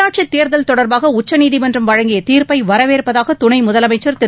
உள்ளாட்சித் தேர்தல் தொடர்பாக உச்சநீதிமன்றம் வழங்கிய தீர்ப்பை வரவேற்பதாக துணை முதலமைச்சர் திரு